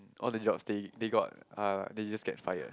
all the jobs they they got uh they just get fired